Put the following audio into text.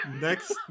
next